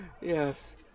Yes